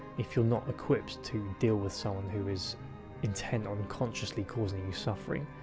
if you're not equipped to deal with someone who is intent on consciously causing you suffering,